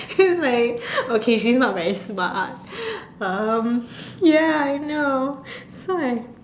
he's like okay she's not very smart um ya I know that's why